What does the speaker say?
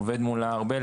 עובד מולה הרבה,